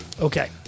Okay